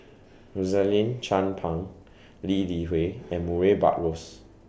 Rosaline Chan Pang Lee Li Hui and Murray Buttrose